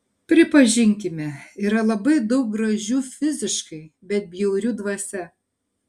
pripažinkime yra labai daug gražių fiziškai bet bjaurių dvasia